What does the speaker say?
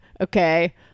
okay